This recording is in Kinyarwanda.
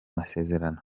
masezerano